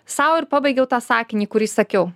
sau ir pabaigiau tą sakinį kurį sakiau